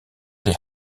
des